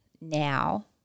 now